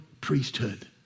priesthood